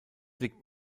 liegt